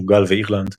פורטוגל ואירלנד,